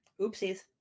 oopsies